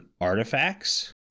artifacts